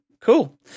Cool